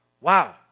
Wow